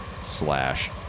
slash